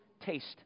taste